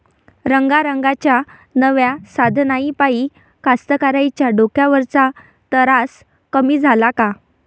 रंगारंगाच्या नव्या साधनाइपाई कास्तकाराइच्या डोक्यावरचा तरास कमी झाला का?